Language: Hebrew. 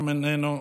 גם איננו.